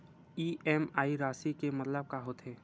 EMI राशि के मतलब का होथे?